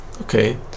Okay